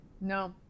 no